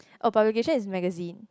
oh publication is magazine